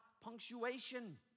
punctuation